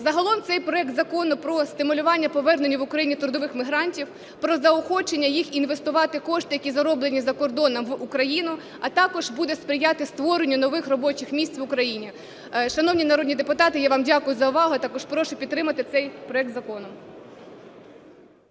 Загалом цей проект закону про стимулювання повернення в Україну трудових мігрантів, про заохочення їх інвестувати кошти, які зароблені за кордоном, в Україну, а також буде сприяти створенню нових робочих місць в Україні. Шановні народні депутати, я вам дякую за увагу, а також прошу підтримати цей проект закону.